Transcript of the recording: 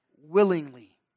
willingly